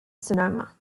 sonoma